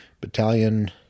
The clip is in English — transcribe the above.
battalion